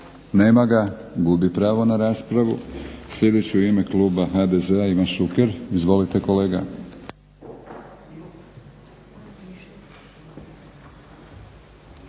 Nema ga. Gubi pravo na raspravu. Sljedeći je u ime kluba HDZ-a Ivan Šuker. Izvolite kolega.